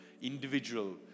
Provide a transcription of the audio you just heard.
individual